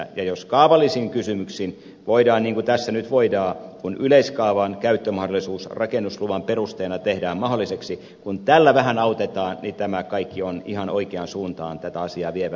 ja jos kaavallisin kysymyksin voidaan auttaa niin kuin tässä nyt voidaan kun yleiskaavan käyttömahdollisuus rakennusluvan perusteena tehdään mahdolliseksi kun tällä vähän autetaan niin tämä kaikki on ihan oikeaan suuntaan tätä asiaa vievää